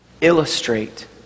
illustrate